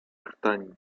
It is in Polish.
krtani